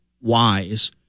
wise